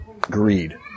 greed